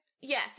yes